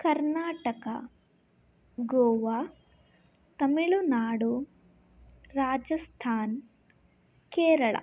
Karnataka Goa Tamil Nadu Rajasthan Kerala